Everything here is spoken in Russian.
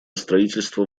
строительство